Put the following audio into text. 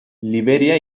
liberia